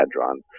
hadron